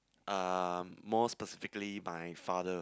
uh more specifically my father